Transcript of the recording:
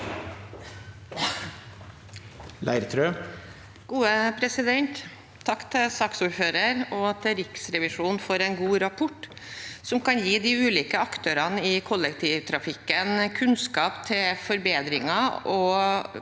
Leirtrø (A) Takk til saksordfører- en og til Riksrevisjonen for en god rapport, som kan gi de ulike aktørene i kollektivtrafikken kunnskap om forbedringer og